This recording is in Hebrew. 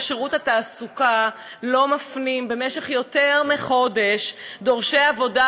שירות התעסוקה לא מפנים במשך יותר מחודש דורשי עבודה